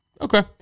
Okay